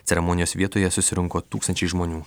ceremonijos vietoje susirinko tūkstančiai žmonių